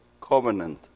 covenant